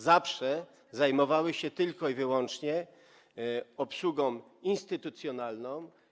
Zawsze zajmowały się tylko i wyłącznie obsługą instytucjonalną.